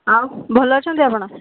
ଆଉ ଭଲ ଅଛନ୍ତି ଆପଣ